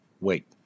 Wait